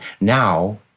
Now